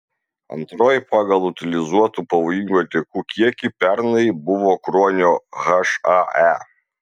antroji pagal utilizuotų pavojingų atliekų kiekį pernai buvo kruonio hae